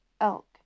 elk